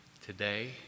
today